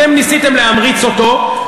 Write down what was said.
אתם ניסיתם להמריץ אותו,